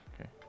Okay